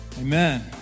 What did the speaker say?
Amen